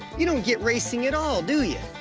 you don't get racing at all, do you?